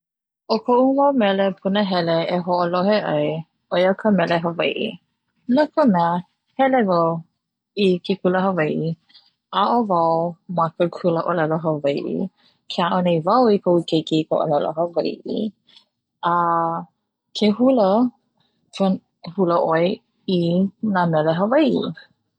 ʻo koʻu mau mele punahele e hoʻolohe ai ʻoia ka mele hawaiʻi. No ka mea, hele wau i ke kula hawaiʻi, aʻo wau ma ke kula ʻolelo hawaiʻi ke aʻo nei wau i kaʻu keiki i ka ʻolelo hawaiʻi, a ke hula, hula ʻoe ina mele hawaii.